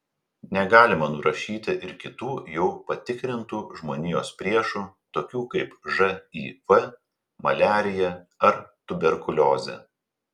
negalima nurašyti ir kitų jau patikrintų žmonijos priešų tokių kaip živ maliarija ar tuberkuliozė